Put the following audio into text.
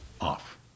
off